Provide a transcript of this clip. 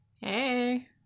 hey